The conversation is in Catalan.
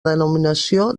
denominació